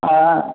हा